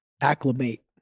acclimate